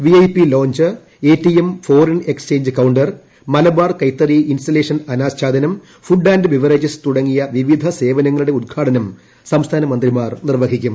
V I P lounge A T M foreign exchange counter Malabar കൈത്തറി installation അനാച്ഛാദനം food and beverages തുടങ്ങിയ വിവിധ സേവനങ്ങളുടെ ഉദ്ഘാടനം സംസ്ഥാന മന്ത്രിമാർ നിർവ്വഹിക്കും